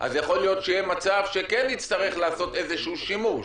יכול להיות שיהיה מצב שכן נצטרך לעשות איזה שהוא שימוש.